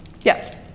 Yes